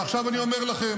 ועכשיו אני אומר לכם,